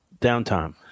downtime